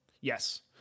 Yes